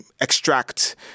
extract